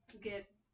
get